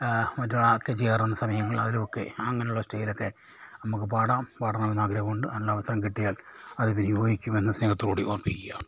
മറ്റും ഒക്കെ ചെയ്യാറുണ്ട് സമയങ്ങളിൽ അവരും ഒക്കെ അങ്ങനുള്ള സ്റ്റേജിലൊക്കെ നമുക്ക് പാടാം പാടണമെന്ന് ആഗ്രഹമുണ്ട് അതിനുള്ള അവസരം കിട്ടിയാൽ അത് വിനിയോഗിക്കുമെന്ന് സ്നേഹത്തോട് കൂടി ഓർമിപ്പിക്കുകയാണ്